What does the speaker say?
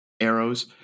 arrows